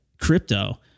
Crypto